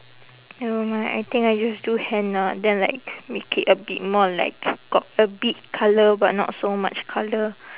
never mind I think I just do henna then like make it a bit more like got a bit colour but not so much colour